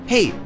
Hey